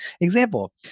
example